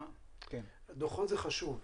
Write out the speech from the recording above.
דוחות זה חשוב.